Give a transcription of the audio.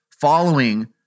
following